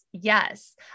Yes